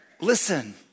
Listen